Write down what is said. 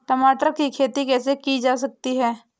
टमाटर की खेती कैसे की जा सकती है?